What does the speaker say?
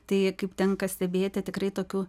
tai kaip tenka stebėti tikrai tokių